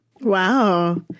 Wow